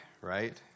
right